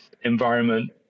environment